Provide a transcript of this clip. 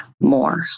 more